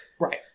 Right